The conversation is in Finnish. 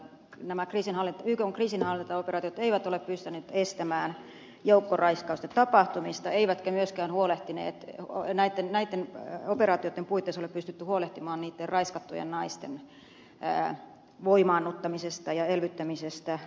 nämä ykn kriisinhallintaoperaatiot eivät ole pystyneet estämään joukkoraiskausten tapahtumista eivätkä myöskään huolehtimaan näitten operaatioitten puitteissa niitten raiskattujen naisten voimaannuttamisesta ja elvyttämisestä normaaliin arkeen